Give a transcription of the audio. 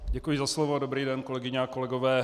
Děkuji za slovo a dobrý den, kolegyně a kolegové.